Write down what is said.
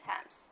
times